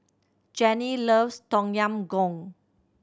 Jannie loves Tom Yam Goong